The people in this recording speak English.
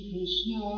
Krishna